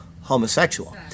homosexual